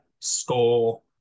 score